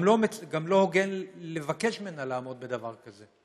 גם לא הוגן לבקש ממנה לעמוד בדבר כזה.